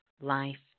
life